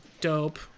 Dope